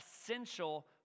essential